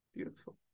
Beautiful